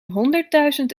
honderdduizend